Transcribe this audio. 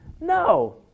No